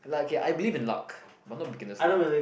okay I believe in luck but not beginners luck